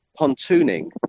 pontooning